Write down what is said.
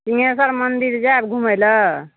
सिंघेशर मंदिर जाएब घूमय लऽ